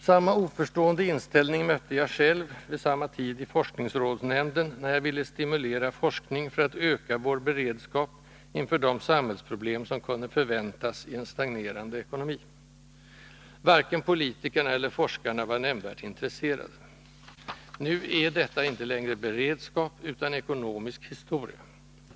Samma oförstående inställning mötte jag själv vid samma tid i forskningsrådsnämnden, när jag ville stimulera forskning för att öka vår beredskap inför de samhällsproblem som kunde förväntas i en stagnerande ekonomi. Varken politikerna eller forskarna var nämnvärt intresserade. Nu är detta inte längre beredskap utan ekonomisk historia.